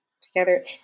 together